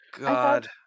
God